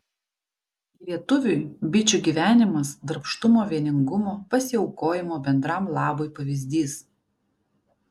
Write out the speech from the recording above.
lietuviui bičių gyvenimas darbštumo vieningumo pasiaukojimo bendram labui pavyzdys